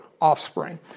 offspring